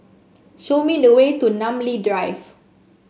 show me the way to Namly Drive